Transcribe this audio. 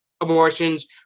abortions